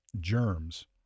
germs